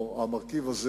או שהמרכיב הזה